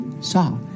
saw